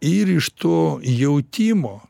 ir iš to jautimo